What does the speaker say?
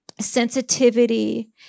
sensitivity